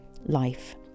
life